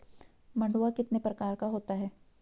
मंडुआ कितने प्रकार का होता है?